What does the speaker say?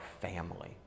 family